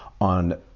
on